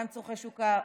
מהם צורכי שוק,